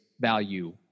value